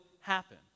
happen